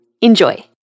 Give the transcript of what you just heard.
Enjoy